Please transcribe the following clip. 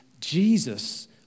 Jesus